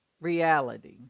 reality